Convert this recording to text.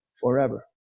forever